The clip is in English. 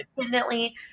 independently